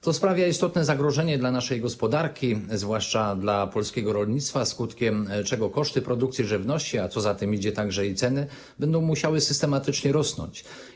To jest istotne zagrożenie dla naszej gospodarki, zwłaszcza dla polskiego rolnictwa, skutkiem czego koszty produkcji żywności, a co za tym idzie - także i ceny, będą musiały systematycznie rosnąć.